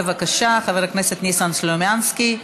חבר הכנסת ניסן סלומינסקי,